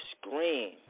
scream